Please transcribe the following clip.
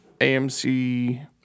AMC